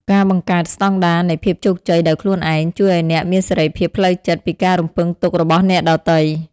ការបង្កើត "ស្តង់ដារនៃភាពជោគជ័យ" ដោយខ្លួនឯង ជួយឱ្យអ្នកមានសេរីភាពផ្លូវចិត្តពីការរំពឹងទុករបស់អ្នកដទៃ។